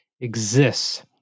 exists